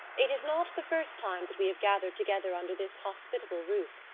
it is not the first time that we have gathered together under this hospitable roof,